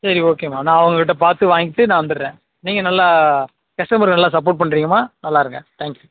சரி ஓகேம்மா நான் அவங்கக்கிட்ட பார்த்து வாங்கிவிட்டு நான் வந்துடுறேன் நீங்கள் நல்லா கஸ்டமரை நல்லா சப்போர்ட் பண்றீங்கம்மா நல்லா இருங்க தேங்க் யூ